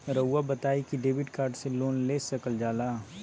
रहुआ बताइं कि डेबिट कार्ड से लोन ले सकल जाला?